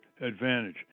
Advantage